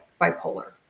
bipolar